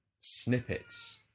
snippets